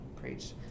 preach